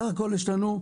סך הכל יש לנו,